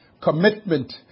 commitment